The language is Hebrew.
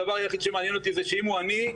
הדבר היחיד שמעניין אותי זה שאם הוא עני,